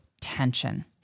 tension